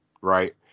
right